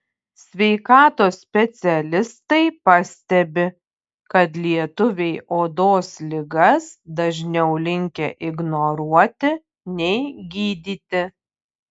sveikatos specialistai pastebi kad lietuviai odos ligas dažniau linkę ignoruoti nei gydyti